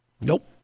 Nope